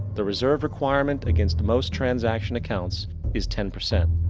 the reserve requirement against most transaction accounts is ten percent.